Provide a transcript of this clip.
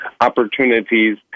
opportunities